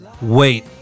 Wait